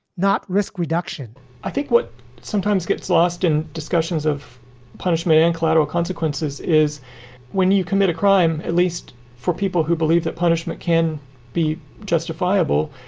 not risk reduction i think what sometimes gets lost and discussions of punishment and collateral consequences is when you commit a crime, at least for people who believe that punishment can be justifiable,